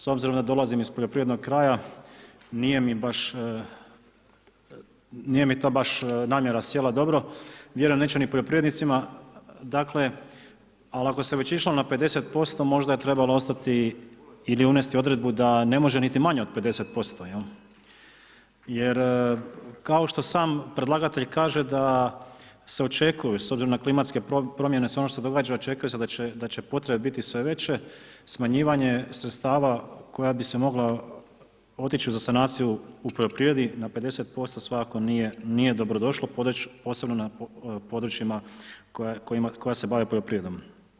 S obzirom da dolazim iz poljoprivrednog kraja, nije mi to baš namjera sjela dobro, vjerujem neće ni poljoprivrednicima, ali ako se već išlo na 50% možda je trebalo ostati ili unesti odredbu da ne može niti manje od 50% jer kao što sam predlagatelj kaže da se očekuju, s obzirom na klimatske promjene, sve ono što se događa očekuje se da će potrebe biti sve veće, smanjivanje sredstava koja bi se moglo otići za sanaciju u poljoprivredi na 50% svakako nije dobrodošlo, posebno na područjima koja se bave poljoprivredom.